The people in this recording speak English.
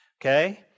Okay